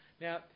Now